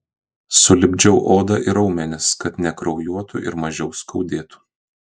sulipdžiau odą ir raumenis kad nekraujuotų ir mažiau skaudėtų